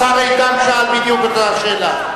השר איתן שאל בדיוק את אותה שאלה.